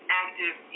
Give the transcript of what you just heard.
active